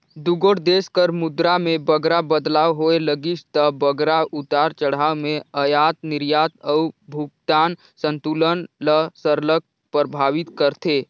दुगोट देस कर मुद्रा में बगरा बदलाव होए लगिस ता बगरा उतार चढ़ाव में अयात निरयात अउ भुगतान संतुलन ल सरलग परभावित करथे